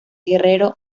guerrero